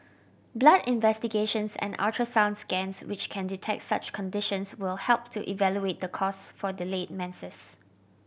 blood investigations and ultrasound scans which can detect such conditions will help to evaluate the cause for delayed menses